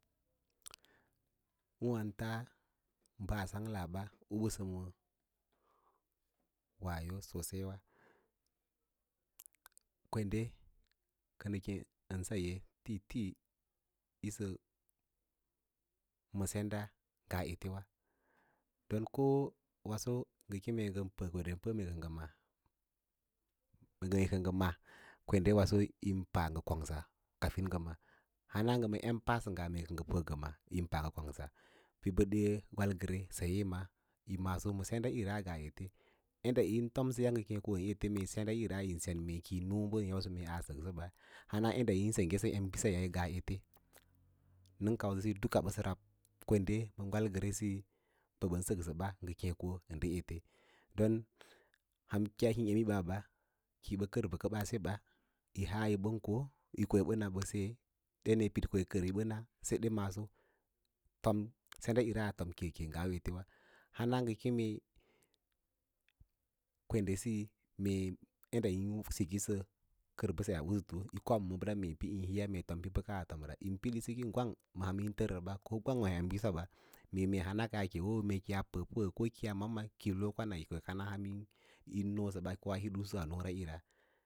Ûwaū taa bəa sang laba ubəsə maə wayo sosai wa, kwen de kə nə keẽ ən saye tiitii yisə ma senda maa ete wa, ɗon ko waso ngə kene ko ngən pəə kwenden paə mee jə ngə ma, kvende waso yín pa ngə kongsa kafin pə ngə ma hana ngə ma empaasəngga mee kəngə pəə ngə ma yín pa ngə kongsa ɓədte gwalgəre saye ma yi maad sendaꞌira nga ete, yaɗə yín tomsə ya ngə kem kon ete, mee senda ꞌira yín sen mee ki yi yau yaɗda kasa sək səɓa hara yadda yín sengge sə embisaya ngaa ete nən kausə siyo duka ɓəsə rab kvende ma gwadgene siyi mbə ɓən səksə ɓa ngə krr- ko ndə ete ɗon han kiya hiĩ emyiɓa ɓa, ki yi ɓə kər bə kəɓaa seɓa kiyi haa yi bəm ko yi ɓə na ɓə de ɗen yi pid ko yi kər yiɓə na seɗe maaso pam sendaꞌira yi keke ngaa u etewa hana ngə keme kwende siye mee yaɗɗa yin sikisə kər mbaseyaa usuth kob hesa putu mee yin hiiya tom bəkaa tomra, yin pidyi siki gwang ma hara yin tərsə ba gwang ma emɓisa ɓa mee hana yaake wo mee woya pəə pəə ko ko yaa ma ma ki lo kwans yi ki kana bəkəke a ham yí coasə ɓa ko a niraꞌira.